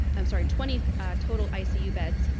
i'm sorry twenty total icu beds,